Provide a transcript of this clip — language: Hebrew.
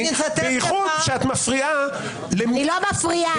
בייחוד שאת מפריעה --- אני לא מפריעה,